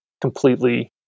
completely